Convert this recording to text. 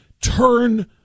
turn